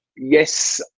Yes